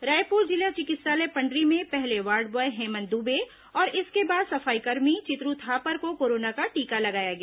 रायपुर जिला चिकित्सालय पंडरी में पहले वार्ड ब्वॉय हेमंत दुबे और इसके बाद सफाईकर्मी चितरू थापर को कोरोना का टीका लगाया गया